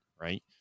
right